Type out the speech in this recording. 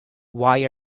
why